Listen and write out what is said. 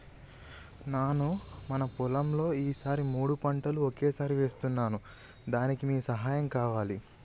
నాను మన పొలంలో ఈ సారి మూడు పంటలు ఒకేసారి వేస్తున్నాను దానికి మీ సహాయం కావాలి